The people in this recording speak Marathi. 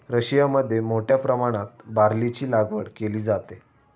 रशियामध्ये मोठ्या प्रमाणात बार्लीची लागवड केली जाते